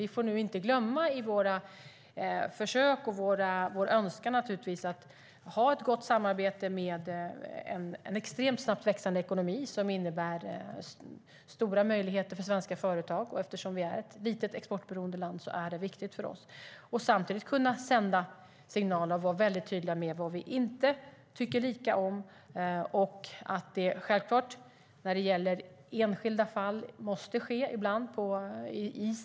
Vi får inte glömma detta i våra försök och vår önskan att ha ett gott samarbete med en extremt snabbt växande ekonomi som innebär stora möjligheter för svenska företag. Eftersom Sverige är ett litet exportberoende land är det viktigt för oss. Samtidigt ska vi kunna sända signaler och vara väldigt tydliga med vad vi inte har samma uppfattning om. Självklart måste det när det gäller enskilda fall ibland ske i stängda rum.